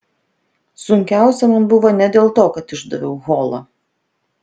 sunkiausia man buvo ne dėl to kad išdaviau holą